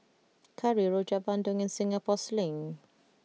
Curry Rojak Bandung and Singapore Sling